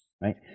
right